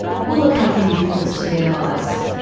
will it make any difference to their lives?